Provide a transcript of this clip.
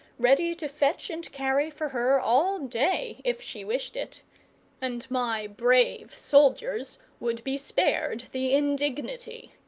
ready to fetch and carry for her all day, if she wished it and my brave soldiers would be spared the indignity.